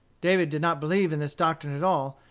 david did not believe in this doctrine at all,